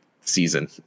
season